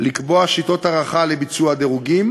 לקבוע שיטות הערכה לביצוע הדירוגים,